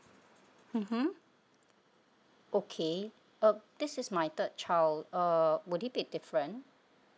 mmhmm okay uh this is my third child uh would it be different